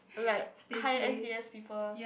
like high s_e_s people